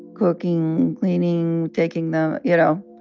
cooking, cleaning, taking them, you know?